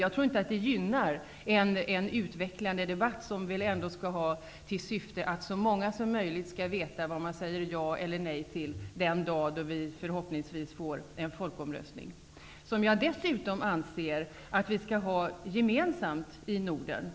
Jag tror inte att det gynnar en utvecklande debatt, som vi väl ändå skall ha, syftande till att så många som möjligt röstar, ja eller nej, den dag när vi förhoppningsvis får en folkomröstning. Jag anser dessutom att vi bör ha denna folkomröstning gemensamt i Norden.